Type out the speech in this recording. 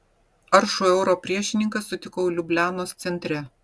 aršų euro priešininką sutikau liublianos centre